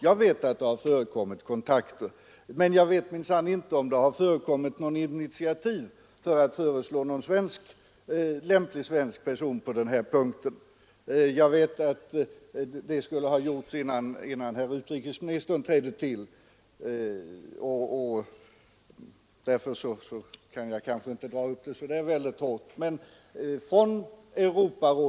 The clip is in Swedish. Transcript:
Jag vet att det förekommit kontakter, men jag vet minsann inte om det förekommit något initiativ för att föreslå en lämplig svensk person till den här posten. Det skulle i så fall ha gjorts innan herr utrikesministern tillträdde, och därför kan jag inte driva frågan så hårt.